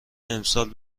امسال